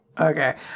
okay